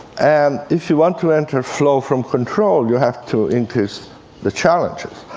and if you want to enter flow from control, you have to increase the challenges.